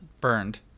Burned